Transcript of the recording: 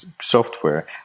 software